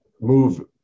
move